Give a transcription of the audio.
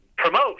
Promote